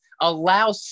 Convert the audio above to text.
allow